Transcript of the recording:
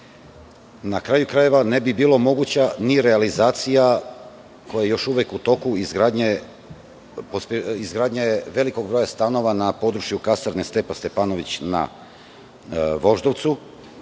Na kraju krajeva, ne bi bilo moguća ni realizacija, koja je još uvek u toku, izgradnje velikog broja stanova na području Kasarne "Stepa Stepanović" na Voždovcu,